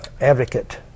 advocate